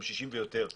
גם 60 ימים ויותר.